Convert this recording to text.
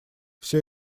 все